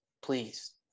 Please